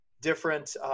Different